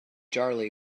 darley